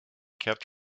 kept